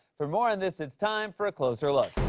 for more on this, it's time for a closer look.